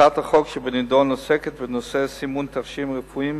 הצעת החוק שבנדון עוסקת בסימון תכשירים רפואיים,